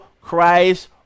Christ